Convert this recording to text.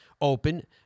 Open